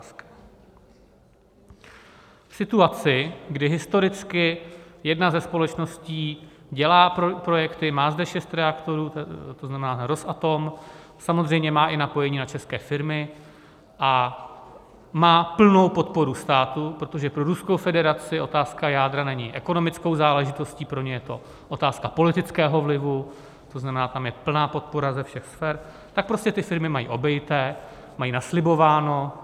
V situaci, kdy historicky jedna ze společností dělá projekty, má zde šest reaktorů, to znamená Rosatom, samozřejmě má i napojení na české firmy a má plnou podporu státu, protože pro Ruskou federaci otázka jádra není ekonomickou záležitostí, pro ně je to otázka politického vlivu, to znamená tam je plná podpora ze všech sfér, prostě ty firmy mají obejité, mají naslibováno.